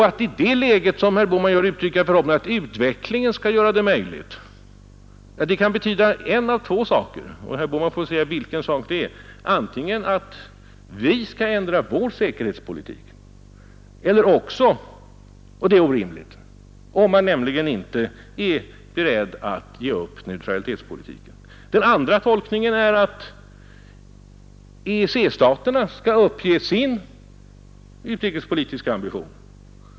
Att i det läget, som herr Bohman gör, uttrycka förhoppningen att utvecklingen skall göra en svensk anslutning möjlig, det kan betyda en av två saker — och herr Bohman får säga vilken sak det är. Antingen skall vi ändra vår säkerhetspolitik — och det är orimligt, om vi inte är beredda att ge upp neutralitetspolitiken — eller också skall EEC-staterna uppge sin utrikespolitiska ambition.